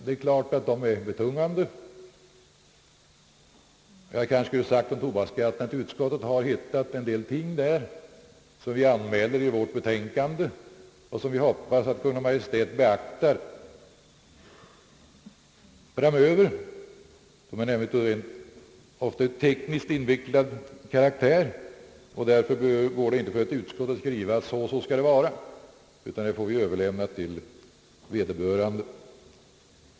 När det gäller tobaksskatten har utskottet hittat en del ting som vi anmäler i betänkandet och som vi hoppas att Kungl. Maj:t beaktar framöver. Det är här fråga om ting av många gånger tekniskt invecklad karaktär, och därför går det inte för ett utskott att skriva att så och så skall det vara, utan det får vi överlämna till vederbörande.